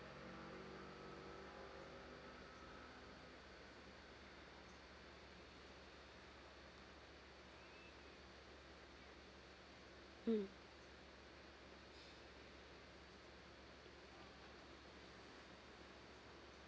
mm